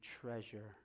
treasure